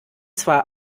zwar